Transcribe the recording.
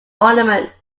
ornament